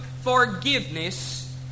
forgiveness